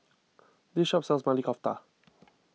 this shop sells Maili Kofta